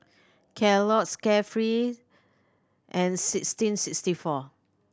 Kellogg's Carefree and sixteen sixty four